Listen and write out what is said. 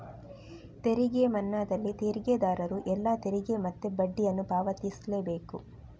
ತೆರಿಗೆ ಮನ್ನಾದಲ್ಲಿ ತೆರಿಗೆದಾರರು ಎಲ್ಲಾ ತೆರಿಗೆ ಮತ್ತೆ ಬಡ್ಡಿಯನ್ನ ಪಾವತಿಸ್ಲೇ ಬೇಕು